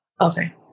Okay